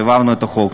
והעברנו את החוק.